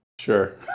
Sure